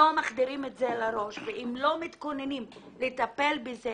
לא מחדירים את זה לראש ולא מתכוננים לטפל בזה